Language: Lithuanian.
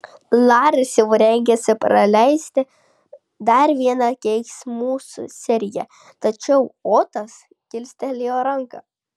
laris jau rengėsi paleisti dar vieną keiksmų seriją tačiau otas kilstelėjo ranką